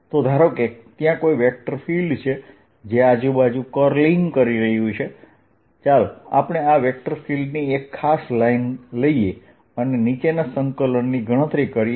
તો ધારો કે ત્યાં કોઈ વેક્ટર ફીલ્ડ છે જે આજુબાજુ કર્લિંગ કરી રહ્યું છે ચાલો આપણે આ વેક્ટર ફીલ્ડની એક ખાસ લાઈન લઈએ અને નીચેના સંકલનની ગણતરી કરીએ